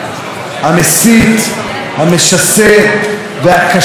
המשסה והקשה של ראש הממשלה.